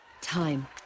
Time